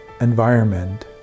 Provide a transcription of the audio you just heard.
environment